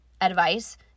advice